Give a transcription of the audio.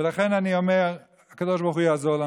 ולכן אני אומר: הקדוש ברוך הוא יעזור לנו.